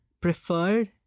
preferred